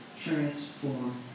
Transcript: transform